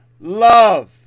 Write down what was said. love